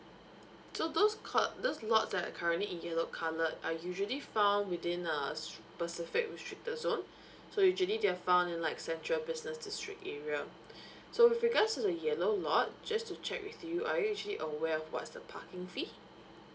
so those cal~ those lots that are currently in yellow colored are usually found within a specific visitor zone so usually they are found in like central business district area so with regards to the yellow lot just to check with you are you actually aware of what's the parking fee